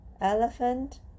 elephant